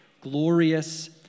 glorious